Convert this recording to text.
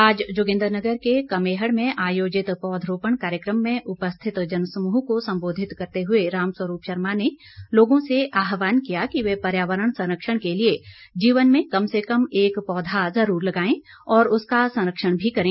आज जोगिन्दर नगर के कमेहड़ में आयोजित पौधरोपण कार्यक्रम में उपस्थित जनसमूह को सम्बोधित करते हुए रामस्वरूप शर्मा ने लोगों से आहवान किया कि वे पर्यावरण संरक्षण के लिए जीवन में कम से कम एक पौधा जरूर लगाएं और उसका संरक्षण भी करें